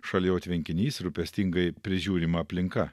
šalia jo tvenkinys rūpestingai prižiūrima aplinka